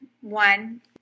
one